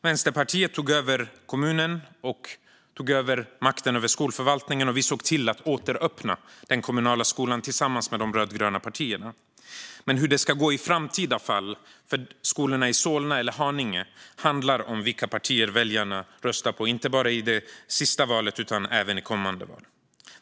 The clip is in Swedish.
Vänsterpartiet tog över styret i kommunen och makten över skolförvaltningen, och vi såg till att återöppna den kommunala skolan tillsammans med de rödgröna partierna. Hur det ska gå i framtida fall för skolorna i Solna eller Haninge handlar om vilka partier väljarna röstar på, inte bara i det senaste valet utan även i kommande val.